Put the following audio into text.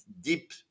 deep